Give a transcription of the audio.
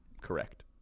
correct